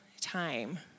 time